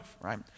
right